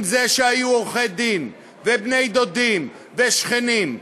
עם זה שהיו עורכי-דין ובני דודים ושכנים,